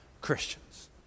Christians